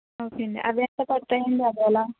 okay అండి అవి ఎంత పడుతాయండి అవి ఎలా